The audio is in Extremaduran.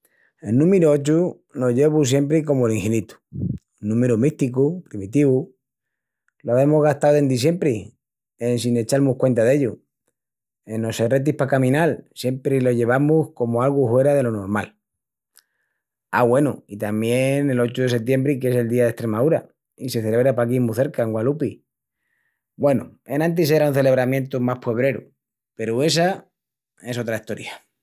El númiru ochu lo llevu siempri comu l'inhinitu, un númiru místicu, primitivu. Lo avemus gastau dendi siempri en sin echal-mus cuenta d'ellu. Enos serretis pa caminal siempri lo llevamus comu algu huera delo normal. A, güenu, i tamién el ochu de setiembri qu'es el Día d'Estremaúra i se celebra paquí mu cerca, en Gualupi. Güenu, enantis era un celebramientu más puebreru peru essa es otra estoria.